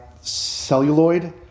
celluloid